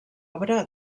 obra